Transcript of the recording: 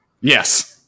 Yes